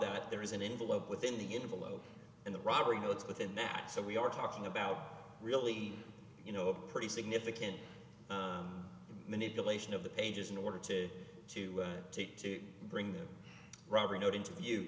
that there is an envelope within the invalid and the robbery notes within that so we are talking about really you know a pretty significant manipulation of the pages in order to to take to bring the robber not interview